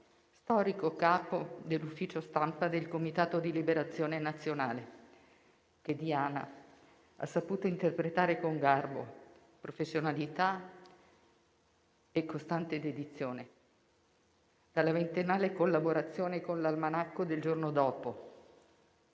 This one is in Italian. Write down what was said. storico capo dell'ufficio stampa del Comitato di liberazione nazionale, che Diana ha saputo interpretare con garbo, professionalità e costante dedizione. Dalla ventennale collaborazione con l'«Almanacco del giorno dopo»